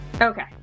Okay